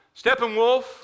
Steppenwolf